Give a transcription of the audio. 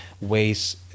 ways